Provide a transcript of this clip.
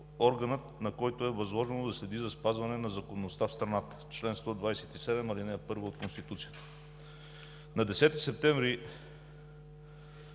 органът, на който е възложено да следи за спазване на законността в страната – чл. 127, ал. 1 от Конституцията. На 9 септември